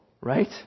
right